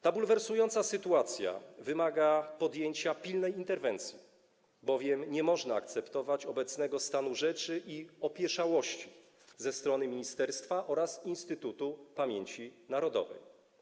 Ta bulwersującą sytuacja wymaga podjęcia pilnej interwencji, albowiem nie można akceptować obecnego stanu rzeczy i opieszałości ministerstwa oraz Instytutu Pamięci Narodowej.